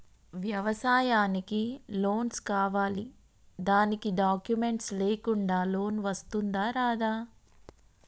వ్యవసాయానికి లోన్స్ కావాలి దానికి డాక్యుమెంట్స్ లేకుండా లోన్ వస్తుందా రాదా?